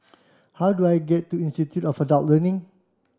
how do I get to Institute of Adult Learning